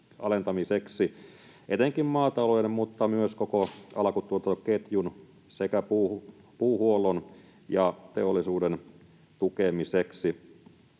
alentamiseksi etenkin maatalouden mutta myös koko alkutuotantoketjun sekä puuhuollon ja teollisuuden tukemiseksi.